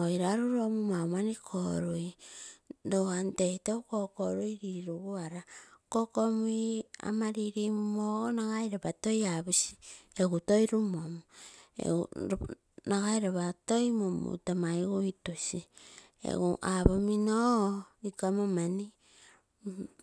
Oi ranulo emuu maumani konni, loo an tei tou kokolui liluguara, kokomui ama lilimumo ogo nagai ropa toi arogi egu toi numong agai ropa toi mamatomeigu itusii egu apomino oo iko amo mani